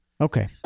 Okay